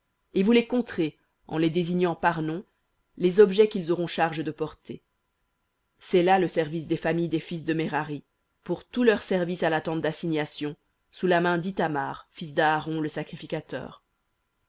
et vous leur compterez par nom les objets qu'ils auront charge de porter cest là le service des familles des fils de merari pour tout leur service à la tente d'assignation sous la main d'ithamar fils d'aaron le sacrificateur